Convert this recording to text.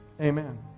Amen